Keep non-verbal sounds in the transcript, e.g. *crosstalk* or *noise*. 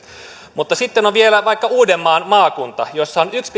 mutta sitten on vielä vaikka uudenmaan maakunta jossa on yksi *unintelligible*